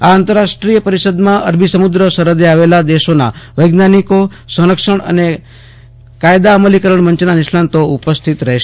આ આંતરરાષ્ટ્રીય પરિષદમાં અરબી સમુદ્ર સરહદે આવેલા દેશોના વૈજ્ઞાનિક સંરક્ષણ અને કાયદા અમલીકરણ મંચના નિષ્ણાતો ઉપસ્થિત રહેશે